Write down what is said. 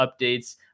updates